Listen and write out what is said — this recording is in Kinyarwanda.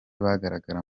bagaragara